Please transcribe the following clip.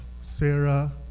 Sarah